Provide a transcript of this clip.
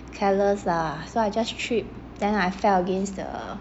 careless ah so I just trip then I fell against the